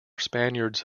spaniards